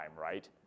right